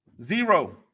Zero